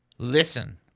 Listen